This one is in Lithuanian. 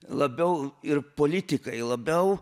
labiau ir politikai labiau